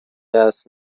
است